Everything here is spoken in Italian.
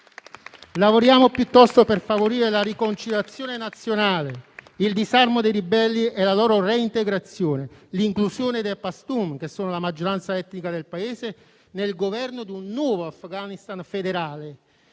Lavoriamo piuttosto per favorire la riconciliazione nazionale, il disarmo dei ribelli e la loro reintegrazione, l'inclusione dei *pashtun*, che sono la maggioranza etnica del Paese, nel governo di un nuovo Afghanistan federale.